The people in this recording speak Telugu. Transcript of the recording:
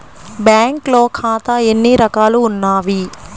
బ్యాంక్లో ఖాతాలు ఎన్ని రకాలు ఉన్నావి?